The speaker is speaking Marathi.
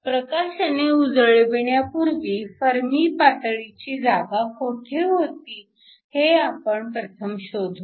प्रकाशाने उजळविण्यापूर्वी फर्मी पातळीची जागा कोठे होती हे आपण प्रथम शोधू